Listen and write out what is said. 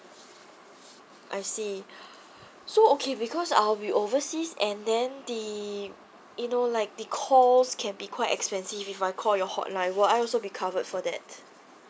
I see so okay because I'll be overseas and then the you know like the calls can be quite expensive if I call your hotline will I also be covered for that